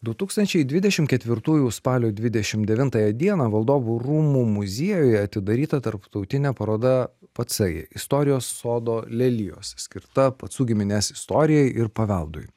du tūkstančiai dvidešimt ketvirtųjų spalio dvidešimt devintąją dieną valdovų rūmų muziejuje atidaryta tarptautinė paroda pacai istorijos sodo lelijos skirta pacų giminės istorijai ir paveldui